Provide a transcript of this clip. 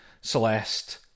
Celeste